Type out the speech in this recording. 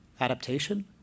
Adaptation